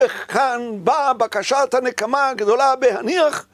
כאן באה בקשת הנקמה הגדולה בהניח...